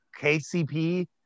KCP